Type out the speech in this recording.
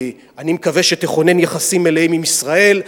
אני מקווה שתכונן יחסים מלאים עם ישראל,